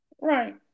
Right